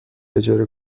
اجاره